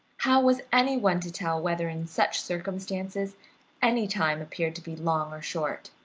how was anyone to tell whether in such circumstances any time appeared to be long or short?